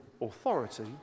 authority